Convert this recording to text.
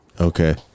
Okay